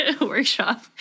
workshop